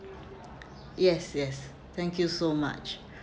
yes yes thank you so much